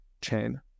chain